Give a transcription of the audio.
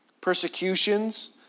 persecutions